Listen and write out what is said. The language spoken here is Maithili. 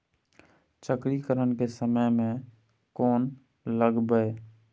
चक्रीकरन के समय में कोन लगबै?